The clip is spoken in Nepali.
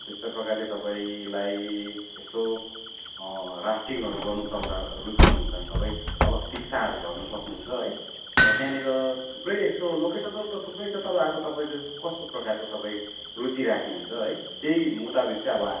त्यस्तै प्रकारले तपाईँलाई यसो राफ्टिङहरू गर्नु तपाईँलाई रुचाउनु हुन्छ भने तपाईँ तल टिस्टाहरू झर्नु सक्नुहुन्छ है र त्यहाँनिर थुप्रै यस्तो लोकेसनहरू त थुप्रै छ तर अब तपाईँको कस्तो प्रकारको तपाईँ रुचि राख्नु हुन्छ है त्यही मुताबिक चाहिँ अब